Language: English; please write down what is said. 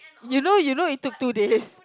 you know you know you took two days